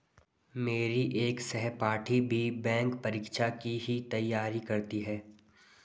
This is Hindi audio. मेरी एक सहपाठी भी बैंक परीक्षा की ही तैयारी करती है